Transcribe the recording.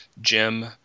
Jim